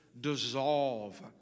Dissolve